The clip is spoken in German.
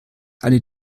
eine